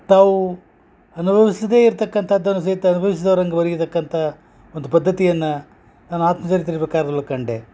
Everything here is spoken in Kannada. ತಾವು ಅನುಭವಸ್ದೇ ಇರ್ತಕ್ಕಂಥದ್ದನ್ನು ಸಹಿತ ಅನ್ಭವ್ಸಿದವರಂಗ್ ಬರಿತಕ್ಕಂಥ ಒಂದು ಪದ್ಧತಿಯನ್ನ ನಾನು ಆತ್ಮಚರಿತ್ರೆ ಪ್ರಕಾರದೊಳಗ ಕಂಡೆ